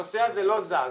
הנושא הזה לא זז.